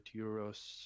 euros